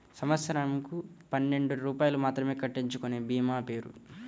సంవత్సరంకు పన్నెండు రూపాయలు మాత్రమే కట్టించుకొనే భీమా పేరు?